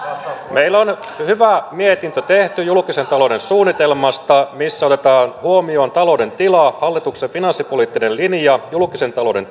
meillä on hyvä mietintö tehty julkisen talouden suunnitelmasta missä otetaan huomioon talouden tila hallituksen finanssipoliittinen linja julkisen talouden